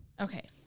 Okay